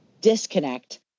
disconnect